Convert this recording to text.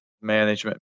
management